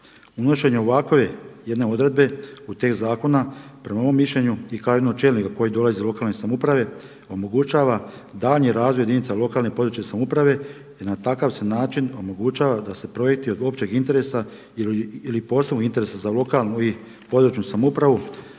Unošenje ovakve jedne odredbe u tekst zakona prema mom mišljenju, i kao jednog od čelnika koji dolazi iz lokalne samouprave, omogućava daljnji razvoj jedinica lokalne i područne samouprave jer na takav se način omogućava da se projekti od općeg interesa ili posebnog interesa za lokalnu i područnu samoupravu